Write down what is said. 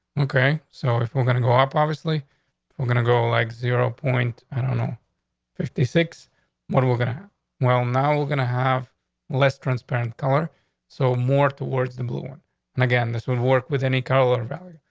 okay, so if we're gonna go up, obviously we're gonna go like zero point. i don't know fifty six what we're gonna well, now we're gonna have less transparent color so more towards the blue one and again, this would work with any color valley.